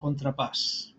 contrapàs